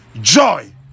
joy